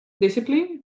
discipline